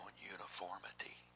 uniformity